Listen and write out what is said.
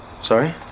Sorry